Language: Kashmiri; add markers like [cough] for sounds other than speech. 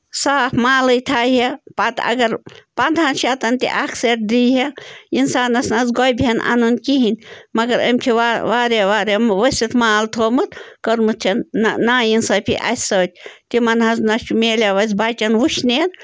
صاف مالٕے تھایہِ ہا پَتہٕ اگر پنٛدہن شَتَن تہِ اَکھ سٮ۪ٹ دی ہا اِنسانَس نَہ حظ گۄبہِ ہَن اَنُن کِہیٖنۍ مگر أمۍ چھِ [unintelligible] واریاہ واریاہ ؤسِت مال تھوٚمُت کٔرمٕژ چھَن نا نا اِنصٲفی اَسہِ سۭتۍ تِمَن حظ نَہ چھُ مِلیو اَسہِ بَچن وٕشنیر